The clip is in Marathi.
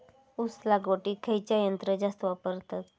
ऊस लावडीक खयचा यंत्र जास्त वापरतत?